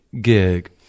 gig